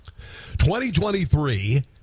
2023